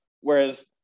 whereas